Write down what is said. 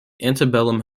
antebellum